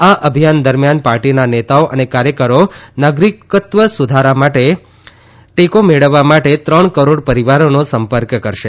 આ અભિયાન દરમિયાન પાર્ટીના નેતાઓ અને કાર્યકરો નાગરિકત્ત્વ સુધારા ધારા માટે ટેકો મેળવવા માટે ત્રણ કરોડ પરિવારોનો સંપર્ક કરશે